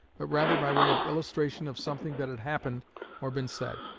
but rather by way of illustration of something that had happened or been said.